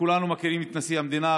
כולנו מכירים את נשיא המדינה,